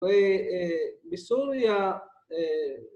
‫ב.ב.בסוריה...